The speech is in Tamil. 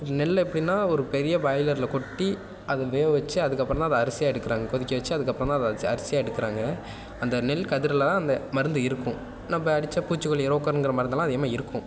நெல்லை எப்படின்னா ஒரு பெரிய பாய்லர்ல கொட்டி அதை வேக வச்சு அதுக்கப்புறம்தான் அதை அரிசியாக எடுக்கிறாங்க கொதிக்க வச்சு அதை அப்புறம்தான் அதை அரிசியாக எடுக்கிறாங்க அந்த நெல் கதிரெல்லாம் அந்த மருந்து இருக்கும் நம்ம அடித்த பூச்சிக்கொல்லி ரோக்கருங்குற மருந்தெல்லாம் அதிகமாக இருக்கும்